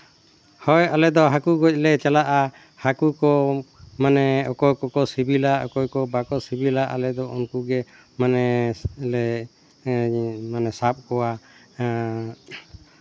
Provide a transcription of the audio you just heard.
ᱦᱳᱭ ᱟᱞᱮ ᱫᱚ ᱦᱟᱹᱠᱩ ᱜᱚᱡ ᱞᱮ ᱪᱟᱞᱟᱜᱼᱟ ᱦᱟᱹᱠᱩ ᱠᱚ ᱢᱟᱱᱮ ᱚᱠᱚᱭ ᱠᱚᱠᱚ ᱥᱤᱵᱤᱞᱟ ᱚᱠᱚᱭ ᱠᱚ ᱵᱟᱠᱚ ᱥᱤᱵᱤᱞᱟ ᱟᱞᱮ ᱫᱚ ᱩᱱᱠᱩ ᱜᱮ ᱢᱟᱱᱮ ᱞᱮ ᱥᱟᱵ ᱠᱚᱣᱟ ᱮᱜ